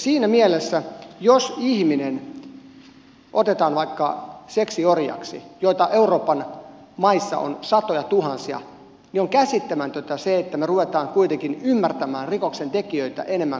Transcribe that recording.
siinä mielessä jos ihminen otetaan vaikka seksiorjaksi joita euroopan maissa on satojatuhansia niin on käsittämätöntä se että me rupeamme kuitenkin ymmärtämään rikoksentekijöitä enemmän kuin rikoksen uhreja